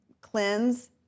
cleanse